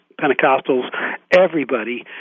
Pentecostals—everybody